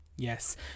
yes